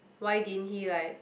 why didn't he like